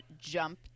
jump